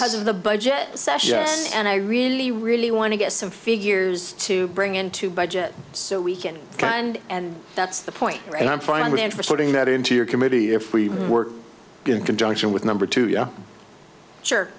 as of the budget session and i really really want to get some figures to bring into budget so we can kind and that's the point and i'm fine with him for sorting that into your committee if we work in conjunction with number two yeah sure